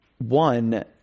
one